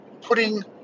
putting